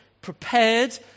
prepared